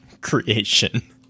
creation